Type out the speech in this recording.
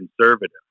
conservative